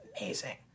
amazing